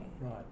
Right